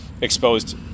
exposed